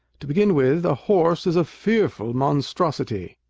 to begin with, a horse is a fearful monstrosity.